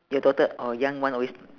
your daughter oh young one always